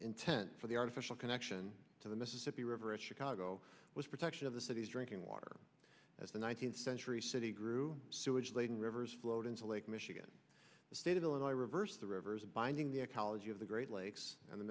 intent for the artificial connection to the mississippi river and chicago was protection of the city's drinking water as the nineteenth century city grew sewage laden rivers flowed into lake michigan the state of illinois reversed the rivers and binding the ecology of the great lakes and the